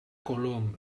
colom